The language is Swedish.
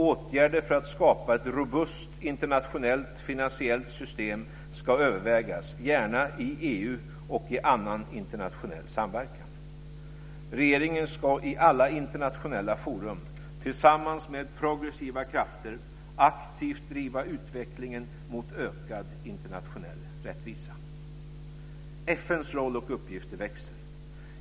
Åtgärder för att skapa ett robust internationellt finansiellt system ska övervägas, gärna i EU och i annan internationell samverkan. Regeringen ska i alla internationella forum tillsammans med progressiva krafter aktivt driva utvecklingen mot ökad internationell rättvisa. FN:s roll och uppgifter växer.